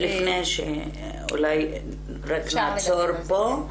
אולי נעצור פה.